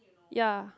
ya